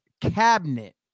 cabinet